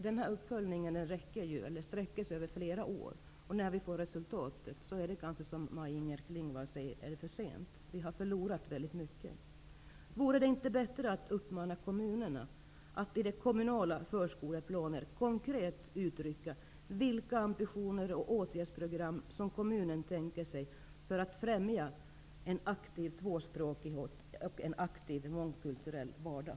Denna uppföljning sträcker sig över flera år, och när vi får resultatet är det kanske, som Maj Inger Klingvall säger, för sent. Vi har förlorat mycket tid. Vore det inte bättre att uppmana kommunerna att i de kommunala förskoleplanerna konkret uttrycka de ambitioner som man har och de åtgärdsprogram som man tänker sig för att främja en aktiv tvåspråkighet och en aktiv mångkulturell vardag?